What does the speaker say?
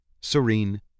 serene